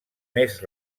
més